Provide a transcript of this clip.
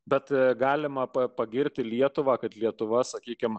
bet galima pagirti lietuvą kad lietuva sakykime